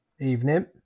Evening